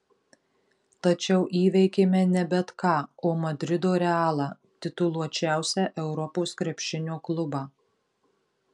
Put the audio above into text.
tačiau įveikėme ne bet ką o madrido realą tituluočiausią europos krepšinio klubą